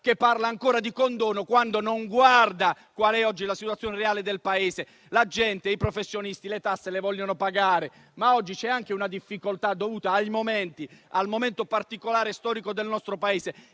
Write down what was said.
che parla ancora di condono e non guarda a qual è oggi la situazione reale del Paese. La gente, i professionisti, le tasse le vogliono pagare, ma oggi vi è anche una difficoltà, dovuta al momento particolare storico del nostro Paese.